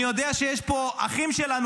אני יודע שיש פה אחים שלנו,